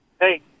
hey